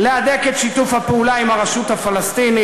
להדק את שיתוף הפעולה עם הרשות הפלסטינית,